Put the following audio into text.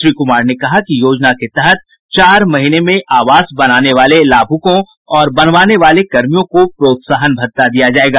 श्री कुमार ने कहा कि योजना के तहत चार महीने में आवास बनाने वाले लाभुकों और बनवाने वाले कर्मियों को प्रोत्साहन भत्ता दिया जायेगा